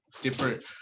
different